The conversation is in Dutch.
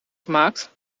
gemaakt